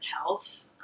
health